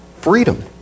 freedom